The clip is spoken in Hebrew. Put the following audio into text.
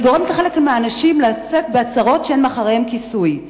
אבל היא גורמת לחלק מהאנשים לצאת בהצהרות שאין להן כיסוי,